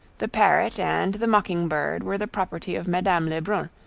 the parrot and the mockingbird were the property of madame lebrun,